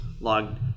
logged